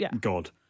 God